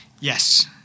Yes